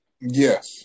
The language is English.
Yes